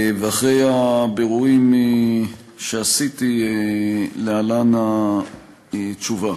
אחרי הבירורים שעשיתי, להלן התשובה: